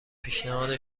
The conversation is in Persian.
پیشنهاد